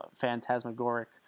phantasmagoric